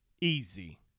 Easy